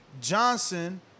Johnson